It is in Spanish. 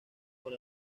por